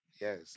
Yes